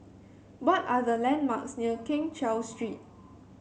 what are the landmarks near Keng Cheow Street